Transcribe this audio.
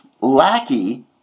lackey